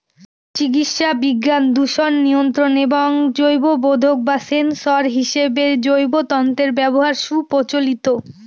চিকিৎসাবিজ্ঞান, দূষণ নিয়ন্ত্রণ এবং জৈববোধক বা সেন্সর হিসেবে জৈব তন্তুর ব্যবহার সুপ্রচলিত